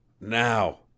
Now